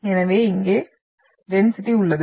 எனவே இங்கே டென்சிட்டி உள்ளது